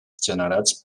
generats